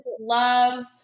love